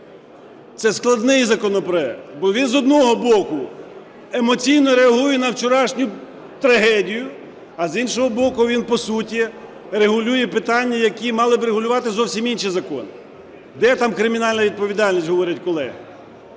Це складний законопроект, бо він з одного боку, емоційно реагує на вчорашню трагедію, а з іншого боку він, по суті, регулює питання, які мали б регулювати зовсім інші закони. "Де там кримінальна відповідальність?" – говорять колеги.